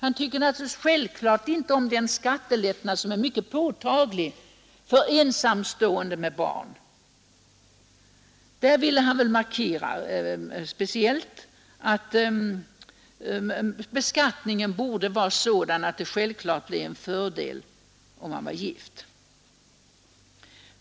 Han tyckte självklart inte om den skattelättnad som genomförts för ensamstående med barn. Han ville speciellt markera att beskattningen borde vara sådan att den blev till fördel för dem som var gifta.